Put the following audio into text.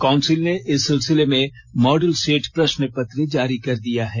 council ने इस सिलसिले में माडल सेट प्रश्न पत्र जारी कर दिया है